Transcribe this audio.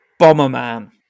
Bomberman